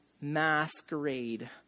masquerade